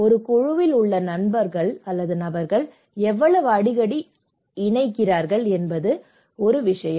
ஒரு குழுவில் உள்ள நபர்கள் எவ்வளவு அடிக்கடி இணைகிறார்கள் என்பது ஒரு விஷயம்